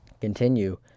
Continue